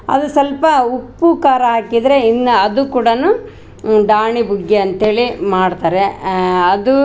ಅದು ಸ್ವಲ್ಪ ಉಪ್ಪು ಖಾರ ಹಾಕಿದ್ರೆ ಇನ್ನ ಅದು ಕೂಡನು ಡಾಣಿಗುಗ್ಯ ಅಂತ್ಹೇಳಿ ಮಾಡ್ತಾರೆ ಅದು